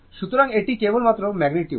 সুতরাং এটি কেবল মাত্র ম্যাগনিটিউড